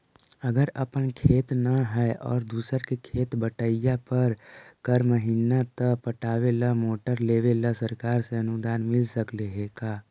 अगर अपन खेत न है और दुसर के खेत बटइया कर महिना त पटावे ल मोटर लेबे ल सरकार से अनुदान मिल सकले हे का?